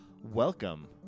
welcome